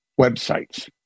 websites